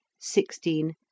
sixteen